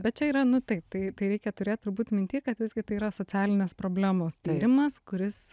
bet čia yra nu taip tai tai reikia turėt turbūt minty kad visgi tai yra socialinės problemos tyrimas kuris